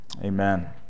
Amen